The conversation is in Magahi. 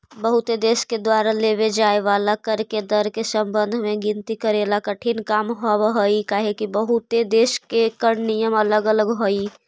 बहुते देश के द्वारा लेव जाए वाला कर के दर के संबंध में गिनती करेला कठिन काम हावहई काहेकि बहुते देश के कर नियम अलग अलग हई